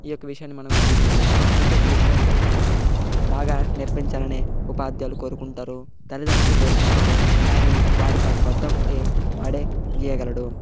ఈ యొక్క విషయాన్ని మనం గమనించాలి ప్రతి ఒక్క విద్యార్ధులకి బాగా నేర్పించాలని ఉపాధ్యాయులు కోరుకుంటారు తల్లిదండ్రులు కోరుకుంటారు కానీ వాడికి ఆ శ్రద్ధ ఉంటే వాడే గీయగలడు